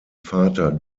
vater